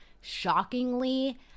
shockingly